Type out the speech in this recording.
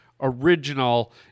original